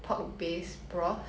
ya